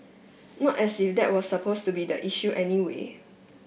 not as if that was supposed to be the issue anyway